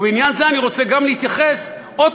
בעניין זה אני רוצה גם להתייחס עוד